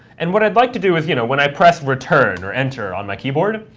and what i'd like to do is, you know, when i press return or enter on my keyboard,